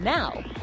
Now